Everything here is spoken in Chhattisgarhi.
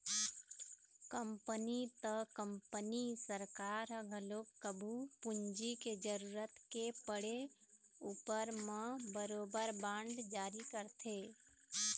कंपनी त कंपनी सरकार ह घलोक कभू पूंजी के जरुरत के पड़े उपर म बरोबर बांड जारी करथे